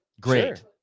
great